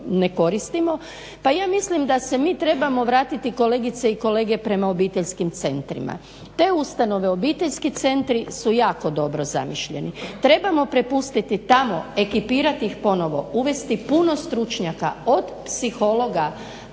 Pa ja mislim da se mi trebamo vratiti kolegice i kolege prema obiteljskim centrima. Te ustanove, obiteljski centri su jako dobro zamišljeni. Trebamo prepustiti tamo, ekipirati ih ponovo, uvesti puno stručnjaka od psihologa,